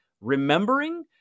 remembering